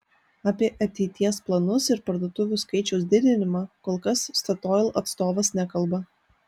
apie ateities planus ir parduotuvių skaičiaus didinimą kol kas statoil atstovas nekalba